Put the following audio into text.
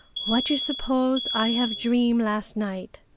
what you suppose i have dream last night?